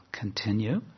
continue